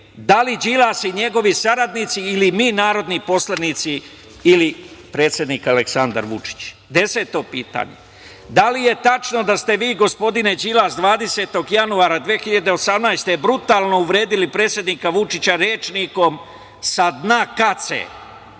Da li Đilas i njegovi saradnici ili mi narodni poslanici ili predsednik Aleksandar Vučić? Deseto pitanje, da li je tačno da ste vi, gospodine Đilas, 20. januara 2018. godine brutalno uvredili predsednika Vučića rečnikom sa dna kace,